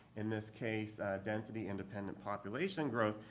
in this case density independent population growth.